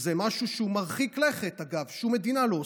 זה משהו שהוא מרחיק לכת, אגב, ושום מדינה לא עושה.